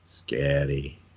scary